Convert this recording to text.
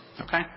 Okay